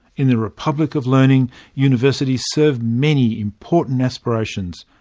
in the republic of learning universities serve many important aspirations,